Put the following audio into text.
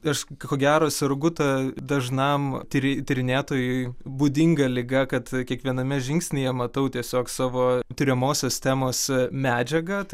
aš ko gero sergu ta dažnam tyri tyrinėtojui būdinga liga kad kiekviename žingsnyje matau tiesiog savo tiriamosios temos medžiagą